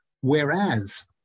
Whereas